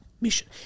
mission